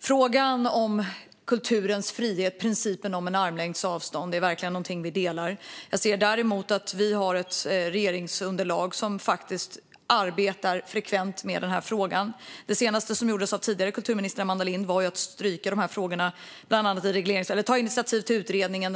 Synen på kulturens frihet och principen om armlängds avstånd är verkligen någonting vi delar. Jag ser däremot att vi har ett regeringsunderlag som frekvent arbetar med den här frågan. Det sista som gjordes av tidigare kulturminister Amanda Lind var att ta initiativ till utredningen.